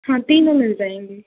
हाँ तीनों मिल जाएंगी